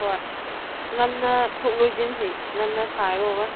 ꯍꯣꯏ ꯉꯟꯅ ꯊꯣꯛ ꯂꯣꯏꯁꯤꯟꯁꯤ ꯉꯟꯅ ꯈꯥꯏꯔꯨꯔꯒ